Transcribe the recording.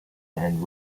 and